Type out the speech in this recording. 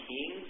King